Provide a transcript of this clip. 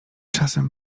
czasem